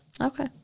Okay